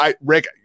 Rick